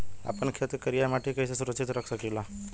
आपन खेत के करियाई माटी के कइसे सुरक्षित रख सकी ला?